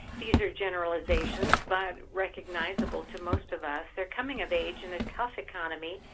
these are generalizations but recognizable to most of us. they're coming of age in a tough economy,